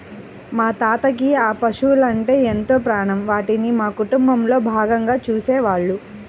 మా తాతకి ఆ పశువలంటే ఎంతో ప్రాణం, వాటిని మా కుటుంబంలో భాగంగా చూసేవాళ్ళు